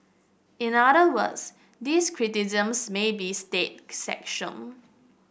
in other words this criticisms may be state sanctioned